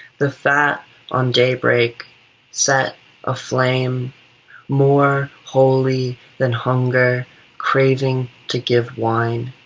the fat on daybreak set aflame more holy than hunger craving to give wine.